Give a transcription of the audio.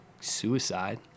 suicide